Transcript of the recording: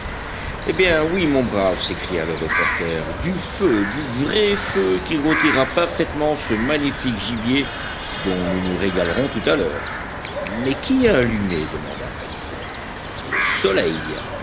eh bien oui mon brave s'écria le reporter du feu du vrai feu qui rôtira parfaitement ce magnifique gibier dont nous nous régalerons tout à l'heure mais qui a allumé demanda pencroff le soleil